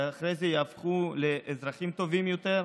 שאחרי זה ייהפכו לאזרחים טובים יותר,